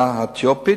בעדה האתיופית.